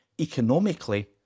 economically